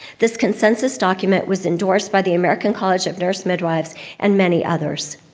this consensus document was endorsed by the american college of nurse midwives and many others.